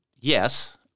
Yes